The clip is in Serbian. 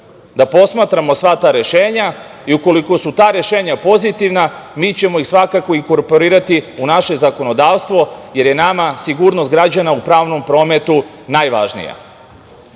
da posmatramo sva ta rešenja i ukoliko su ta rešenja pozitivna mi ćemo ih svakako inkorporirati u naše zakonodavstvom, jer je nama sigurnost građana u pravnom prometu najvažnija. Vlada